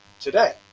today